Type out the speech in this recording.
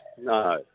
No